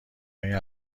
این